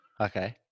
Okay